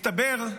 מסתבר,